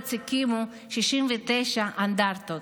בארץ הקימו 69 אנדרטאות.